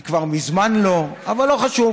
והיא כבר מזמן לא, אבל לא חשוב,